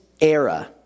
era